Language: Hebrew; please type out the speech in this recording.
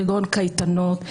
כגון קייטנות,